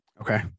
Okay